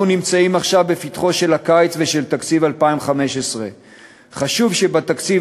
אנחנו נמצאים עכשיו בפתחו של הקיץ ושל תקציב 2015. חשוב שבתקציב